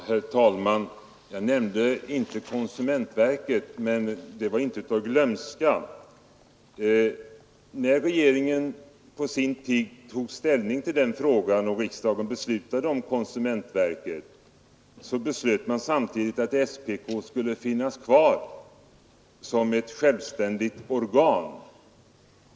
Herr talman! Jag nämnde inte i mitt förra inlägg konsumentverket, men det beror inte på glömska. När regeringen på sin tid tog ställning till den frågan och riksdagen fattade beslut om konsumentverket, så beslöt man samtidigt att SPK skulle finnas kvar som ett självständigt organ.